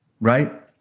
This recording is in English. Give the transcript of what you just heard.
right